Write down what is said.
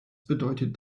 bedeutet